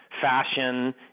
fashion